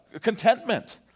contentment